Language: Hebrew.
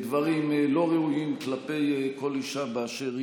זאת שמונתה לוועדה לבחירת שופטים,